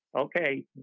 Okay